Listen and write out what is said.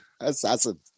assassin